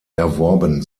erworben